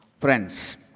Friends